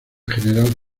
general